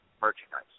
merchandise